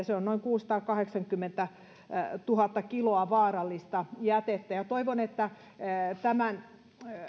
se on noin kuusisataakahdeksankymmentätuhatta kiloa vaarallista jätettä toivon että tämän